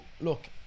look